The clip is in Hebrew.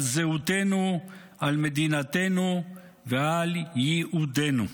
על זהותנו, על מדינתנו ועל ייעודנו.